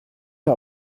her